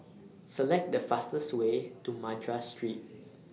Select The fastest Way to Madras Street